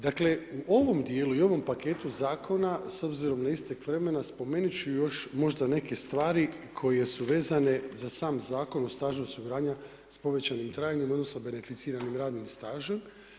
Dakle u ovom djelu i ovom paketu zakona, s obzirom na istek vremena, spomenut ću još možda neke stvari koje su vezane za sam zakon o stažu osiguranja s povećanim trajanjem, odnosno beneficiranim radnim stažom.